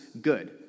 good